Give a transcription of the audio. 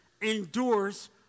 endures